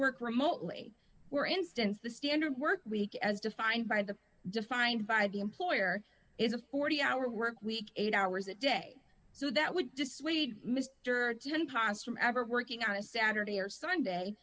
work remotely were instance the standard work week as defined by the defined by the employer is a forty hour work week eight hours a day so that would dissuade mr ten pounds from ever working on a saturday or sunday